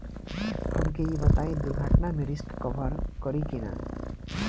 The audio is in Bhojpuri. हमके ई बताईं दुर्घटना में रिस्क कभर करी कि ना?